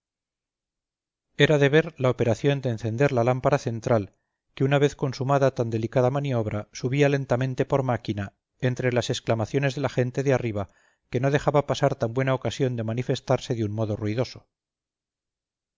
era de ver la operación de encender la lámpara central que una vez consumada tan delicada maniobra subía lentamente por máquina entre las exclamaciones de la gente de arriba que no dejaba pasar tan buena ocasión de manifestarse de un modo ruidoso